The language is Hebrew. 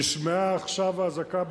נשמעה עכשיו אזעקה,